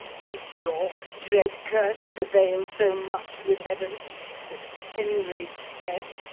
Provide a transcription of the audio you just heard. did york's dread curse prevail so much with heaven that henry's death,